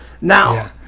now